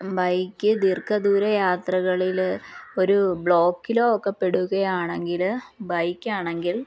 bike ദീർഘദൂര യാത്രകളിൽ ഒരു ബ്ലോക്കിലോ ഒക്കെ പെടുകയാണെങ്കിൽ ബൈക്കാണെങ്കിൽ